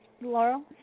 Laurel